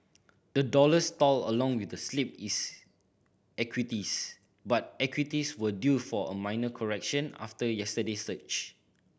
the dollar stalled along with the slip is equities but equities were due for a minor correction after yesterday's surge